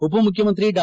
ಉಪಮುಖ್ಯಮಂತ್ರಿ ಡಾ